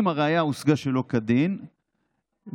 אם הראיה הושגה שלא כדין וקבלת